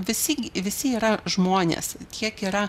visi visi yra žmonės kiek yra